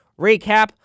recap